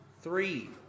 three